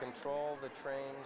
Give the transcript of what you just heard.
control the trai